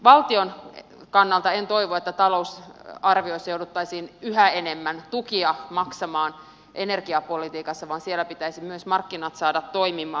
valtion kannalta en toivo että talousarviossa jouduttaisiin yhä enemmän tukia maksamaan energiapolitiikassa vaan siellä pitäisi myös markkinat saada toimimaan